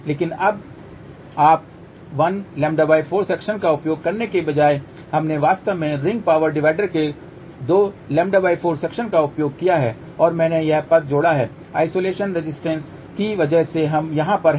लेकिन अब आप 1 λ4 सेक्शन का उपयोग करने के बजाय हमने वास्तव में रिंग पावर डिवाइडर के 2 λ4 सेक्शन का उपयोग किया है और मैंने यह पद जोड़ा है आइसोलेशन रेसिस्टेन्सेस की वजह से हम यहां पर हैं